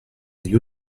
agli